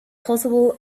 possible